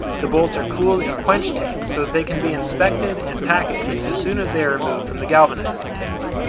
the bolts are cooled in quench tanks so they can be inspected and packaged as soon as they are removed from the galvanizing tank.